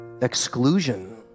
exclusion